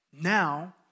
Now